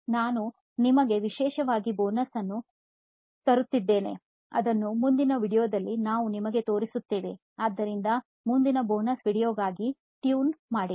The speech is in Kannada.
ನಾವು ನಿಮಗೆ ವಿಶೇಷವಾದ ಬೋನಸ್ ಅನ್ನು ತರುತ್ತೀದ್ದೇವೆ ಅದನ್ನು ಮುಂದಿನ ವೀಡಿಯೊದಲ್ಲಿ ನಾವು ನಿಮಗೆ ತೋರಿಸುತ್ತೇವೆ ಆದ್ದರಿಂದ ಮುಂದಿನ ಬೋನಸ್ ವೀಡಿಯೊಗಾಗಿ ಟ್ಯೂನ್ ಮಾಡಿರಿ